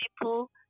people